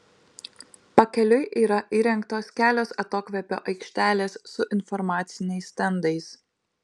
pakeliui yra įrengtos kelios atokvėpio aikštelės su informaciniais stendais